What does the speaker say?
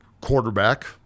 quarterback